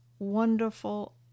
Wonderful